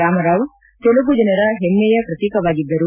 ರಾಮರಾವ್ ತೆಲುಗು ಜನರ ಹೆಮ್ನೆಯ ಪ್ರತೀಕವಾಗಿದ್ದರು